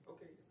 Okay